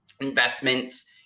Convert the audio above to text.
investments